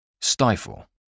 Stifle